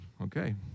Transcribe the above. Okay